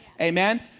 Amen